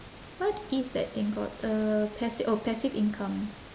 what is that thing called a passi~ oh passive income